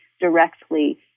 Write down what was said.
directly